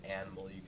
animal